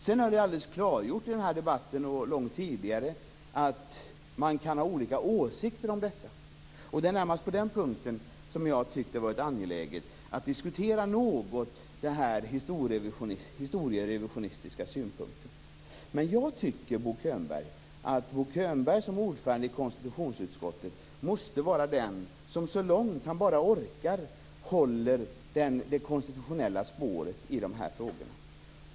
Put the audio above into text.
Sedan har det klargjorts i den här debatten och även långt tidigare att man kan ha olika åsikter om detta. Det är närmast på den punkten som jag har tyckt att det varit angeläget att något diskutera den historierevisionistiska synpunkten. Jag tycker att Bo Könberg som ordförande i konstitutionsutskottet måste vara den som, så långt han bara orkar, håller det konstitutionella spåret i de här frågorna.